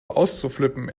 auszuflippen